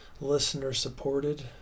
listener-supported